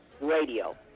radio